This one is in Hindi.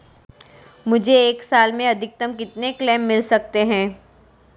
मुझे एक साल में अधिकतम कितने क्लेम मिल सकते हैं?